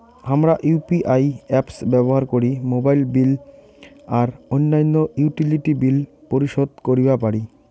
হামরা UPI apps ব্যবহার করি মোবাইল বিল আর অইন্যান্য ইউটিলিটি বিল পরিশোধ করিবা পারি